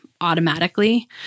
automatically